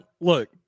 look